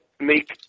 make